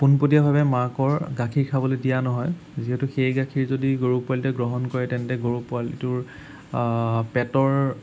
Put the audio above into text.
পোনপটীয়াভাৱে মাকৰ গাখীৰ খাবলৈ দিয়া নহয় যিহেতু সেই গাখীৰ যদি গৰু পোৱালিটোৱে গ্ৰহণ কৰে তেন্তে গৰু পোৱালিটোৰ পেটৰ